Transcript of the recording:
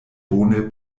bone